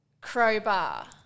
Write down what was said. Crowbar